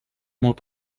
molt